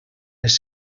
les